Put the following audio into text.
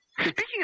Speaking